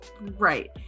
right